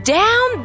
down